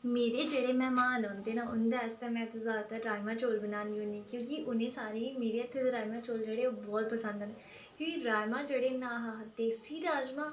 मेरे जेह्ड़े मैह्मान औंदे न उं'दे आस्तै में ते ज्यादातर राज़मा चौल बनानी होन्नी क्योंकि उ'नें सारें गी मेरे हत्थें दे राज़मा चौल जेह्ड़े ओह् बोह्त पसंद न कि राज़मा जेह्ड़े न आ हा हा देसी राज़मा